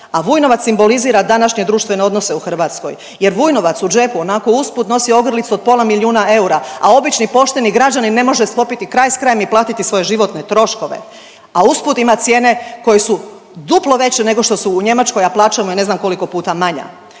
a Vujnovac simbolizira današnje društvene odnose u Hrvatskoj jer Vujnovac u džepu onako usput nosi ogrlicu od pola milijuna eura, a obični pošteni građanin ne može sklopiti kraj s krajem i platiti svoje životne troškove, a usput ima cijene koje su duplo veće nego što su u Njemačkoj, a plaća mu je ne znam koliko puta manja.